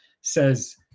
says